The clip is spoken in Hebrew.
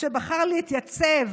שבחר להתייצב